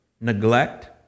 neglect